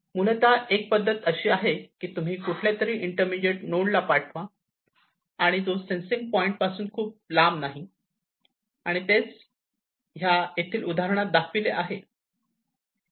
मूलतः एक पद्धत अशी की तुम्ही ते कुठल्यातरी इंटरमीडिएट नोंडला पाठवा आणि जो सेन्सिंग पॉईंट पासून खूप लांब नाही आणि तेच ह्या येथील उदाहरणात दाखविलेले आहे